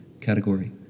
Category